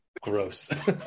gross